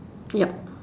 yup